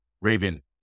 Raven